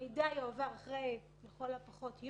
המידע יועבר אחרי יום לכל הפחות,